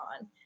on